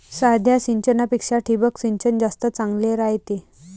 साध्या सिंचनापेक्षा ठिबक सिंचन जास्त चांगले रायते